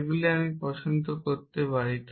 এইগুলি আমি পছন্দ করতে পারি